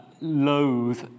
loathe